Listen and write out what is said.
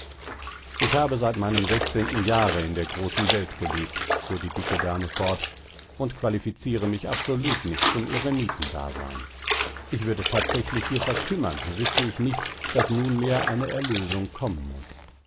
ich habe seit meinem sechzehnten jahre in der großen welt gelebt fuhr die dicke dame fort und qualifiziere mich absolut nicht zum eremitendasein ich würde thatsächlich hier verkümmern wüßte ich nicht daß nunmehr eine erlösung kommen muß